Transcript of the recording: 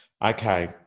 Okay